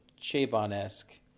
Chabon-esque